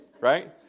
right